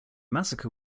massacre